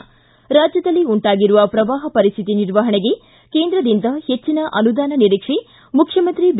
ಿ ರಾಜ್ಯದಲ್ಲಿ ಉಂಟಾಗಿರುವ ಪ್ರವಾಹ ಪರಿಸ್ಥಿತಿ ನಿರ್ವಹಣೆಗೆ ಕೇಂದ್ರದಿಂದ ಹೆಚ್ಚನ ಅನುದಾನ ನಿರೀಕ್ಷೆ ಮುಖ್ಣಮಂತ್ರಿ ಬಿ